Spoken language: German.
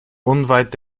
unweit